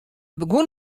begûn